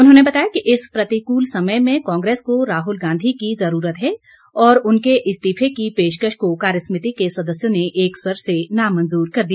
उन्होंने बताया कि इस प्रतिकूल समय में कांग्रेस को राहुल गांधी की ज़रूरत है और उनके इस्तीफे की पेशकश को कार्यसमिति के सदस्यों ने एक स्वर से नामंजूर कर दिया